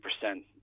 percent